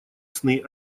сны